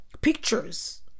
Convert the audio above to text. Pictures